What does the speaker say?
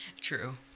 True